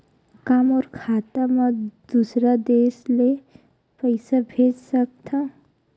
का मोर खाता म दूसरा देश ले पईसा भेज सकथव?